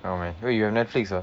oh man wait you have Netflix ah